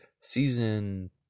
Season